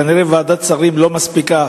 כנראה ועדת שרים לא מספיקה